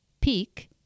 peak